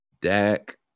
Dak